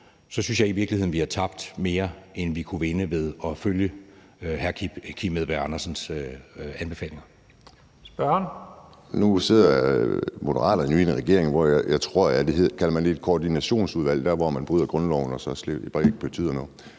så synes jeg i virkeligheden, at vi har tabt mere, end vi kunne vinde ved at følge hr. Kim Edberg Andersens anbefalinger.